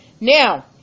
Now